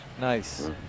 Nice